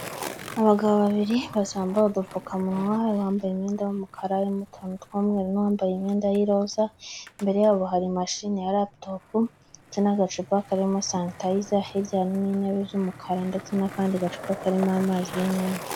Abagabo babiri bose bambaye udupfukamunwa ,bambaye imyenda y'umukara harimo utuntu tw'umweru nu wambaye imyenda y'iroza imbere yabo hari mashini ya raputopu( latop ) ndetse n'agacupa karimo sanitayiza ,hirya harimo intebe z'umukara ndetse n'akandi gacupa karimo amazi y'inyange.